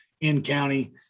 in-county